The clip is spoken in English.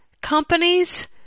companies